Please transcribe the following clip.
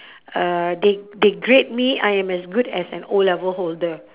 uh they they grade me I am as good as an O-level holder